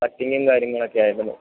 കട്ടിങ്ങും കാര്യങ്ങളൊക്കെ ആയതാണ്